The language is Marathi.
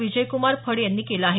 विजयक्रमार फड यांनी केलं आहे